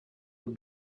have